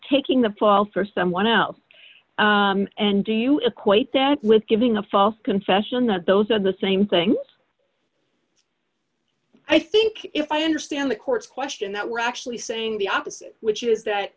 taking the fall for someone else and do you equate that with giving a false confession that those are the same thing i think if i understand the court's question that we're actually saying the opposite which is that